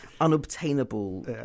unobtainable